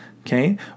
Okay